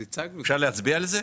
אפשר להצביע על זה?